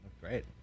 Great